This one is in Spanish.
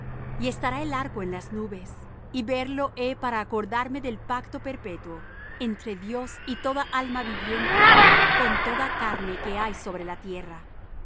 y estará el arco en las nubes y verlo he para acordarme del pacto perpetuo entre dios y toda alma viviente con toda carne que hay sobre la tierra